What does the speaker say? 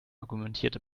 argumentierte